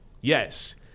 Yes